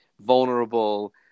vulnerable